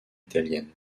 italienne